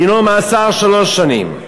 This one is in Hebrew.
דינו מאסר שלוש שנים.